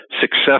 success